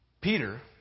Peter